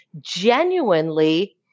genuinely